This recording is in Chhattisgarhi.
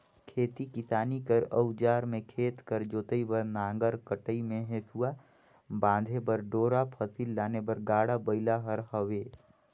खेती किसानी कर अउजार मे खेत कर जोतई बर नांगर, कटई मे हेसुवा, बांधे बर डोरा, फसिल लाने बर गाड़ा बइला हर हवे